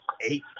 eight